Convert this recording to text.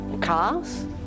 cars